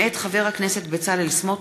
מאת חברי הכנסת מירב בן ארי,